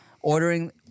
ordering